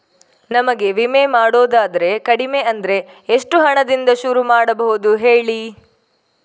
ನಮಗೆ ವಿಮೆ ಮಾಡೋದಾದ್ರೆ ಕಡಿಮೆ ಅಂದ್ರೆ ಎಷ್ಟು ಹಣದಿಂದ ಶುರು ಮಾಡಬಹುದು ಹೇಳಿ